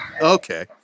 Okay